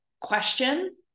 question